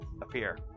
appear